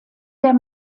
der